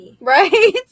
Right